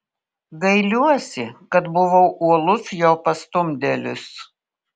gailiuosi kad buvau uolus jo pastumdėlis